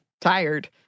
tired